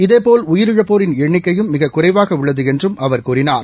இதேபோல் உயிரிழப்போரின் எண்ணிக்கையும் மிக குறைவாக உள்ளது என்றும் அவர் கூறியுள்ளார்